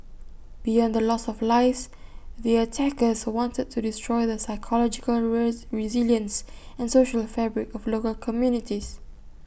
beyond the loss of lives the attackers wanted to destroy the psychological resilience and social fabric of local communities